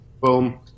boom